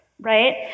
right